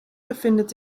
befindet